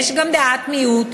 יש גם דעת מיעוט,